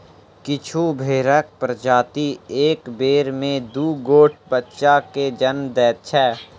किछु भेंड़क प्रजाति एक बेर मे दू गोट बच्चा के जन्म दैत छै